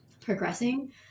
progressing